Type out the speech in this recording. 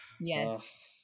Yes